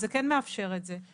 זה כן מאפשר את זה.